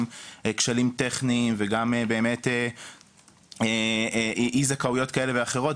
כשלים טכניים וגם אי זכאויות כאלו ואחרות,